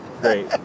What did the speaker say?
great